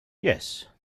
yes